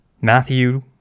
Matthew